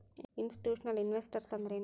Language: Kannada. ಇನ್ಸ್ಟಿಟ್ಯೂಷ್ನಲಿನ್ವೆಸ್ಟರ್ಸ್ ಅಂದ್ರೇನು?